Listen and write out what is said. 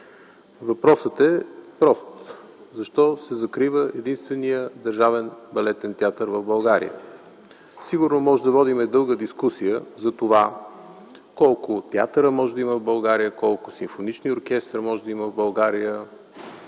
е прост: защо се закрива единственият Държавен балетен театър в България? Сигурно можем да водим дълга дискусия за това колко театъра може да има в България, колко симфонични оркестъра може да има в България,